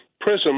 prism